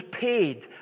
paid